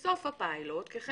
כל פסק